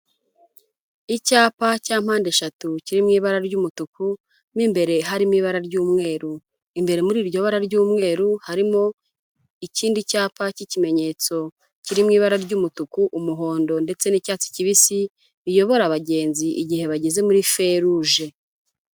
Icyapa cya mpandeshatu kiri mu ibara ry'umutuku mo imbere harimo ibara ry'umweru, imbere muri iryo bara ry'umweru harimo ikindi cyapa cy'ikimenyetso kiririmo ibara ry'umutuku, umuhondo ndetse n'icyatsi kibisi, biyobora abagenzi igihe bageze muri feruge.